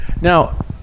Now